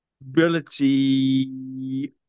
ability